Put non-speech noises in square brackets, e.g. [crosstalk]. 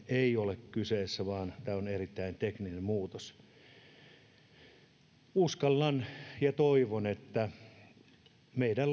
ei ole kyseessä kaivoslain uudistaminen vaan tämä on erittäin tekninen muutos uskon ja toivon että meidän [unintelligible]